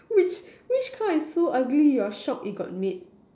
which which car is so ugly you're shocked it got made